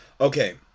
Okay